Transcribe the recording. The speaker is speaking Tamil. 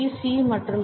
சி மற்றும் பி